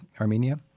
Armenia